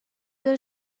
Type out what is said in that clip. داره